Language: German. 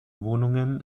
wohnungen